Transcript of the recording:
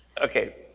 Okay